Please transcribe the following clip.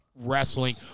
wrestling